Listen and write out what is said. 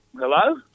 Hello